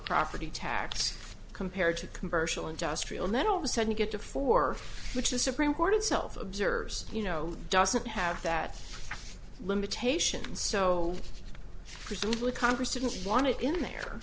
property tax compared to commercial industrial net all of a sudden you get to four which the supreme court itself observers you know doesn't have that limitation so presumably congress didn't want it in their